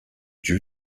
due